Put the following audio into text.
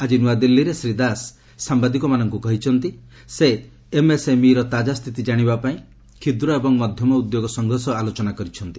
ଆଜି ନ୍ତଆଦିଲ୍ଲୀରେ ଶ୍ରୀ ଦାସ ସାମ୍ବାଦିକମାନଙ୍କୁ କହିଛନ୍ତି ସେ ଏମ୍ଏସ୍ଏମ୍ଇ ର ତାଙ୍କା ସ୍ଥିତି ଜାଣିବା ପାଇଁ କ୍ଷୁଦ୍ର ଏବଂ ମଧ୍ୟମ ଉଦ୍ୟୋଗ ସଂଘ ସହ ଆଲୋଚନା କରିଛନ୍ତି